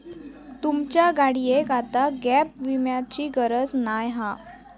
तुमच्या गाडियेक आता गॅप विम्याची गरज नाय हा